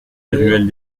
ruelle